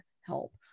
help